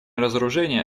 разоружение